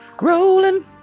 Rolling